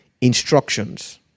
instructions